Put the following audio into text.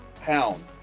pound